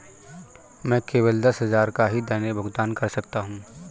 मैं केवल दस हजार का ही दैनिक भुगतान कर सकता हूँ